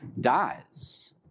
dies